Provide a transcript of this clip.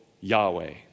Yahweh